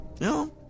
No